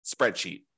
spreadsheet